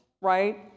right